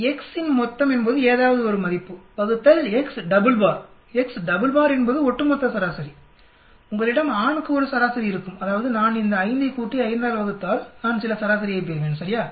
X இன் மொத்தம் என்பது ஏதாவது ஒரு மதிப்பு x double bar x double bar என்பது ஒட்டுமொத்த சராசரி உங்களிடம் ஆணுக்கு ஒரு சராசரி இருக்கும் அதாவது நான் இந்த 5 ஐ கூட்டி 5 ஆல் வகுத்தால் நான் சில சராசரியைப் பெறுவேன் சரியா